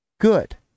Good